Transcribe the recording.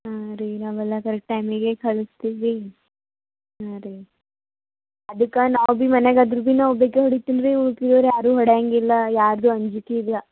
ಹಾಂ ರೀ ನಾವೆಲ್ಲ ಕರೆಕ್ಟ್ ಟೈಮಿಗೆ ಕಳಿಸ್ತೀವಿ ರೀ ಹಾಂ ರೀ ಅದಕ್ಕೆ ನಾವು ಬಿ ಮನೆಗೆ ಆದರು ಬಿ ನಾವು ಬಿ ಬೇಕಾಗಿ ಹೊಡಿತೀನಿ ರೀ ಬೇರೆ ಯಾರು ಹೊಡೆಯೋಂಗೆ ಇಲ್ಲ ಯಾರದ್ದು ಅಂಜಿಕೆ ಇಲ್ಲ